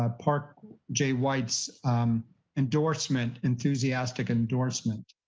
um park j. white's endorsement, enthusiastic endorsement.